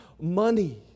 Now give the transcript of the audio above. money